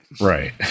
Right